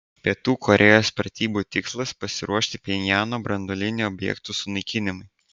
pietų korėjos pratybų tikslas pasiruošti pchenjano branduolinių objektų sunaikinimui